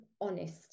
honest